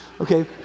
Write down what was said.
Okay